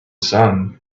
sun